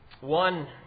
One